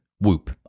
Whoop